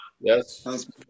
Yes